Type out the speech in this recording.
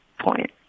point